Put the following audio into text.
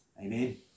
amen